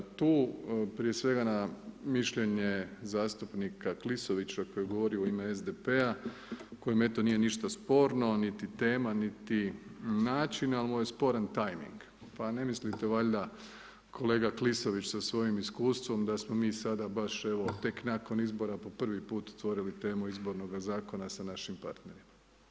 Tu prije svega na mišljenje zastupnika Klisovića koji govori u ime SDP-a koji eto, nije ništa sporno, niti tema, niti način, ali mu je sporan tajming, pa ne mislite valjda, kolega Klisović, sa svojim iskustvom, da smo mi sada baš, evo, tek nakon izbora, po prvi puta otvorili temu izbornoga zakona sa našim partnerima.